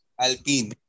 Alpine